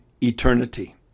eternity